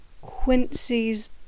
Quincy's